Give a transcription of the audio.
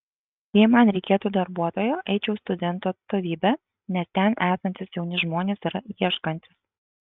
jei man reikėtų darbuotojo eičiau į studentų atstovybę nes ten esantys jauni žmonės yra ieškantys